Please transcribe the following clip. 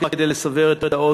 רק כדי לסבר את האוזן,